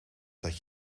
dat